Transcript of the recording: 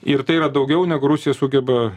ir tai yra daugiau negu rusija sugeba